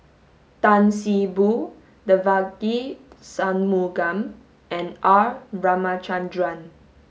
Tan See Boo Devagi Sanmugam and R Ramachandran